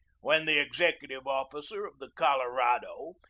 when the executive officer of the colo rado,